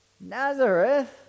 Nazareth